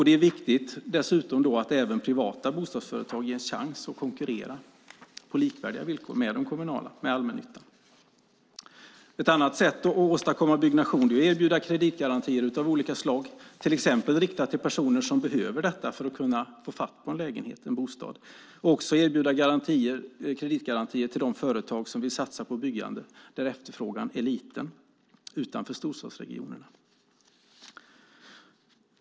Det är viktigt att även privata bostadsföretag ges chansen att konkurrera på likvärdiga villkor med de kommunala - med allmännyttan. Ett annat sätt att åstadkomma byggnation är att erbjuda kreditgarantier av olika slag, till exempel riktat till de personer som behöver det för att kunna få fatt på en lägenhet eller en bostad. Det handlar också om att erbjuda kreditgarantier till de företag som vill satsa på byggande där efterfrågan är liten, utanför storstadsregionerna.